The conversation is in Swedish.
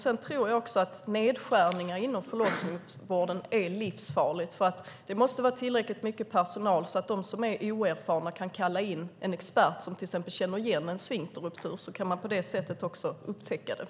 Jag tror också att nedskärningar inom förlossningsvården är livsfarligt. Det måste vara tillräckligt mycket personal så att de som är oerfarna kan kalla in en expert som känner igen en sfinkterruptur och på det sättet upptäcka den.